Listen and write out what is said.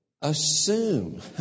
assume